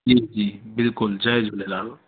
जी जी बिल्कुलु जय झूलेलाल